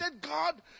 God